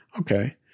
okay